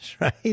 right